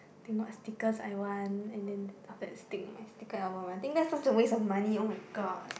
think what stickers I want and then after that stick on my sticker album I think that's such a waste of money oh-my-god